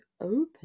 open